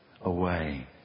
Away